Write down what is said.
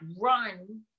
run